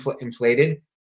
inflated